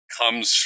comes